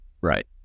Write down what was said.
right